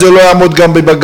זה לא יעמוד גם בבג"ץ,